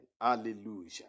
Hallelujah